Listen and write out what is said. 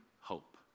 hope